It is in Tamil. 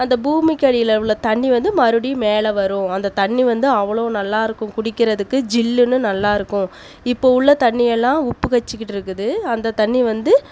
அந்த பூமிக்கு அடியில் உள்ள தண்ணி வந்து மறுபடியும் மேலே வரும் அந்த தண்ணி வந்து அவ்வளோ நல்லாயிருக்கும் குடிக்கிறதுக்கு ஜில்லுனு நல்லாயிருக்கும் இப்போ உள்ள தண்ணி எல்லாம் உப்பு கரிச்சுகிட்டு இருக்குது அந்த தண்ணி வந்து